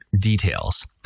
details